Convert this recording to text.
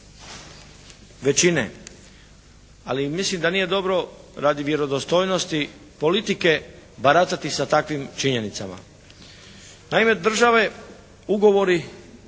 većine, ali mislim da nije dobro radi vjerodostojnosti politike baratati sa takvim činjenicama. Naime, države, ugovori,